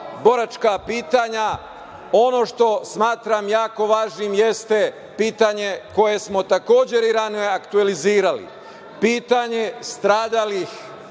boračka pitanja, ono što smatram jako važnim jeste pitanje koje smo takođe aktuelizirali, pitanje stradalih